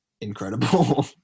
incredible